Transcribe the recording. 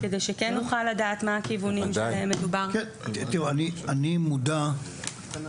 כשאנחנו נשב בוועדה הזאת יהיה לנו על הקיר תמונה